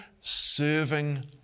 serving